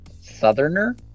southerner